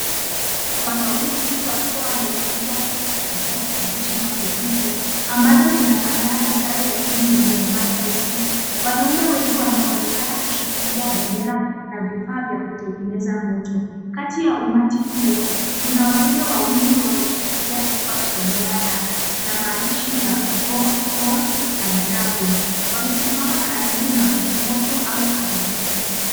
Wanaume wengi wakiwa wamevalia nguo za kijani kibichi na nyeupe ambazo zinafanana na sare ya timu ya Gormahia FC . Wanaume wengi wanaonekana kushikilia bendera na vifaa vya kutengeneza mto. Kati ya umati huo, kuna wanaume wawili wameshikilia kifaa cha duara na maandishi ya Gor na Dragon . Wamesimama karibu na moto au ardhini.